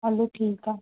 हलो ठीकु आहे